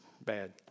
bad